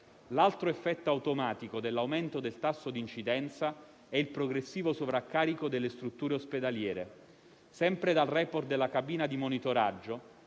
L'altro effetto automatico dell'aumento del tasso di incidenza è il progressivo sovraccarico delle strutture ospedaliere. Sempre dal *report* della cabina di monitoraggio